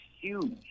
huge